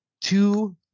Two